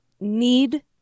need